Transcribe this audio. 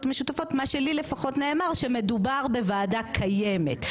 משותפות מה שלי לפחות נאמר שמדובר בוועדה קיימת,